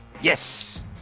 Yes